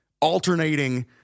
alternating